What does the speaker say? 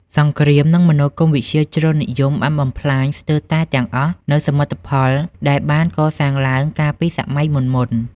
សង្គ្រាម និងមនោគមវិជ្ជាជ្រុលនិយមបានបំផ្លាញស្ទើរតែទាំងអស់នូវសមិទ្ធផលដែលបានកសាងឡើងកាលពីសម័យមុនៗ។